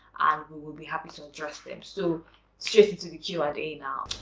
we will be happy to address them so straight into the q and a now.